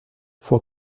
vor